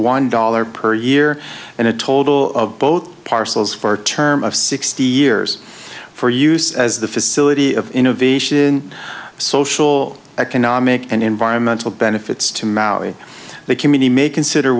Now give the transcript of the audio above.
one dollar per year and a total of both parcels for term of sixty years for use as the facility of innovation social economic and environmental benefits to maui the committee may consider